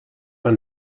man